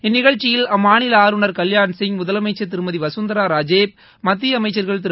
இந்நிகழ்ச்சியில் அம்மாநில ஆளுனர் கல்யாண்சிங் முதலமைச்சர் திருமதி வசுந்தரா ராஜே மத்திய அமைச்சர்கள் திரு